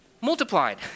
multiplied